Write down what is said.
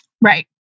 Right